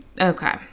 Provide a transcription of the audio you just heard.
Okay